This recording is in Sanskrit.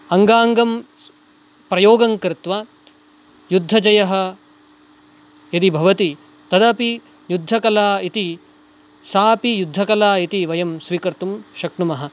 अङ्गाङ्गं प्रयोगं कृत्वा युद्धजयः यदि भवति तदपि युद्धकला इति सापि युद्धकला इति वयं स्वीकर्तुं शक्नुमः